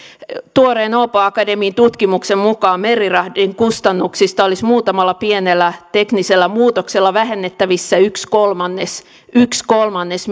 tuoreen åbo akademin tutkimuksen mukaan merirahdin kustannuksista olisi muutamalla pienellä teknisellä muutoksella vähennettävissä yksi kolmannes yksi kolmannes